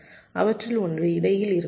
அவற்றில் ஒன்று இடையில் இருக்கலாம்